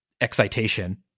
excitation